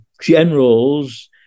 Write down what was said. generals